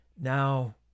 Now